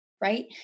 right